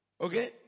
Okay